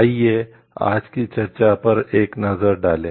आइए आज की चर्चा पर एक नज़र डालें